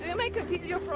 yeah make a video for